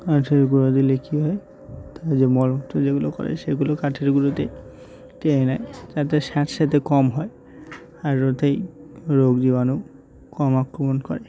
কাঠের গুঁড়ো দিলে কী হয় তা যে মলমূত্র যেগুলো করে সেগুলো কাঠের গুঁড়োতেই টেনে নেয় যাতে স্যাঁতস্যাঁতে কম হয় আর ওতেই রোগ জীবাণু কম আক্রমণ করে